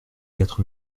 quatre